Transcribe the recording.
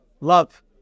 Love